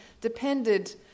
depended